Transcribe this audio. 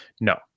No